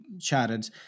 chatted